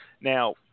Now